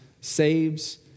saves